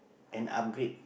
an upgrade